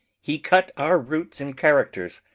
he cut our roots in characters,